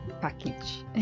package